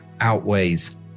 outweighs